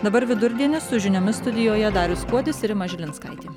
dabar vidurdienis su žiniomis studijoje darius kuodis ir rima žilinskaitė